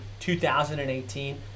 2018